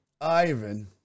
Ivan